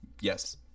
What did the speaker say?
Yes